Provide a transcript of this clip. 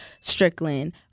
Strickland